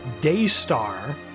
Daystar